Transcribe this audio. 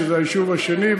שזה היישוב השני,